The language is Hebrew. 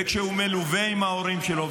וכשהוא מלווה עם ההורים שלו,